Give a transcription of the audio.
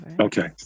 Okay